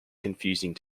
confusing